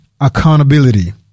accountability